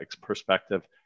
perspective